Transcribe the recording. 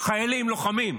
חיילים לוחמים.